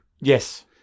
Yes